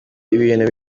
ibintu